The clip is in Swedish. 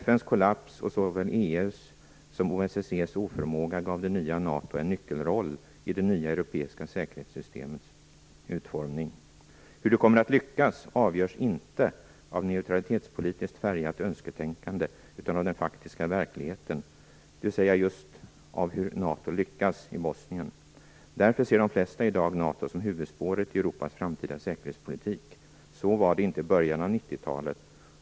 FN:s kollaps och såväl EU:s som OSSE:s oförmåga gav det nya NATO en nyckelroll i det nya europeiska säkerhetssystemets utformning. Hur det kommer att lyckas avgörs inte av neutralitetspolitiskt färgat önsketänkande utan av den faktiska verkligheten, dvs. just av hur NATO lyckas i Bosnien. Därför ser de flesta i dag NATO som huvudspåret i Europas framtida säkerhetspolitik. Så var det inte i början av 90-talet.